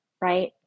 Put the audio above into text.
right